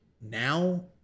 now